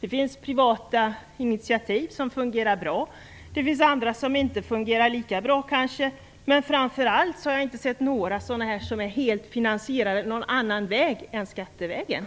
Det finns privata initiativ som fungerar bra, det finns andra som kanske inte fungerar lika bra, men framför allt har jag inte sett några som är helt finansierade någon annan väg än skattevägen.